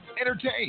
entertain